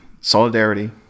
solidarity